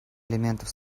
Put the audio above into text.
элементов